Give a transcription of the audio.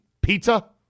pizza